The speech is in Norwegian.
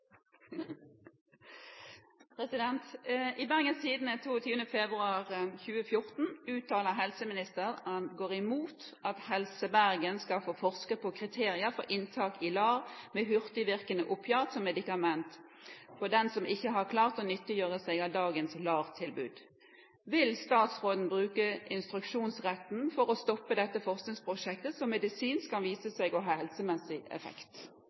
inntak i LAR med hurtigvirkende opiat som medikament for dem som ikke har klart å nyttiggjøre seg av dagens LAR-tilbud. Vil statsråden bruke sin instruksjonsrett for å stoppe dette forskningsprosjektet, som medisinsk kan vise seg å ha helsemessig effekt?»